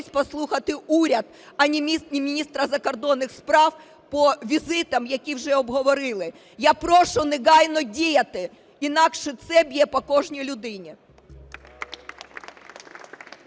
послухати уряд, а не міністра закордонних справах по візитах, які вже обговорили. Я прошу негайно діяти, інакше це б'є по кожній людині.